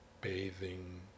bathing